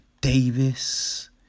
Davis